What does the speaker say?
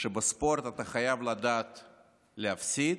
שבספורט אתה חייב לדעת להפסיד,